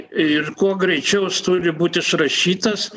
ir kuo greičiau jis turi būt išrašytas